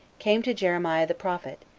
came to jeremiah the prophet,